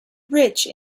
rich